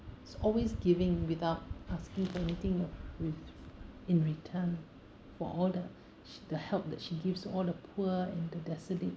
always giving without asking for anything of with in return for all the the help that she gives to all the poor and the desolate